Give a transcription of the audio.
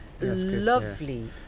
Lovely